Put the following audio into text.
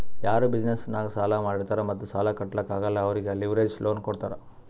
ಯಾರು ಬಿಸಿನೆಸ್ ನಾಗ್ ಸಾಲಾ ಮಾಡಿರ್ತಾರ್ ಮತ್ತ ಸಾಲಾ ಕಟ್ಲಾಕ್ ಆಗಲ್ಲ ಅವ್ರಿಗೆ ಲಿವರೇಜ್ ಲೋನ್ ಕೊಡ್ತಾರ್